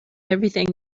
everything